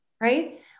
right